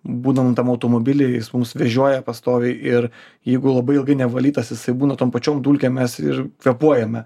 būnam tam automobilyje jis mumis vežioja pastoviai ir jeigu labai ilgai nevalytas jisai būna tom pačiom dulkėm mes ir kvėpuojame